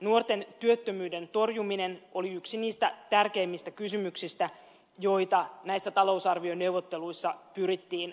nuorten työttömyyden torjuminen oli yksi tärkeimmistä kysymyksistä joita näissä talousarvioneuvotteluissa pyrittiin ratkomaan